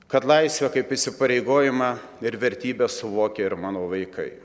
kad laisvę kaip įsipareigojimą ir vertybę suvokia ir mano vaikai